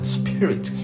spirit